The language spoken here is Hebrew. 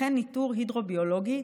וכן ניטור הידרוביולוגי,